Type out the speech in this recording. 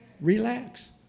Relax